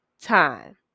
time